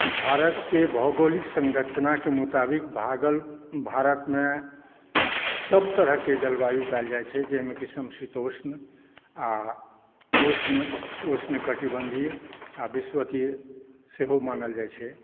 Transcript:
भारतके भौगोलिक संरचनाके मोताबिक भारतमे सभतरहके जलवायु पायल जाइत छै जाहिमे कि समशीतोष्ण आओर उष्ण उष्ण कटिबन्धीय आओर विषुवतीय सेहो मानल जाइत छै